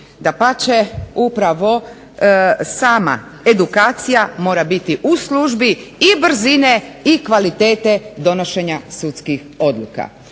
Dapače, upravo sama edukacija mora biti u službi i brzine i kvalitete donošenja sudskih odluka.